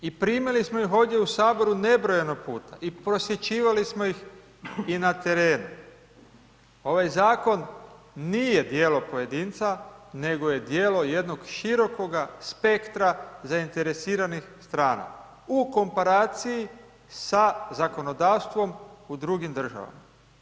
I primili smo ih ovdje u Saboru nebrojeno puta i posjećivali smo ih i na terenu. ovaj zakon nije djelo pojedinca nego je djelo jednog širokoga spektra zainteresiranih strana u komparaciji sa zakonodavstvom u drugim državama.